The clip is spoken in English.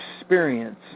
experience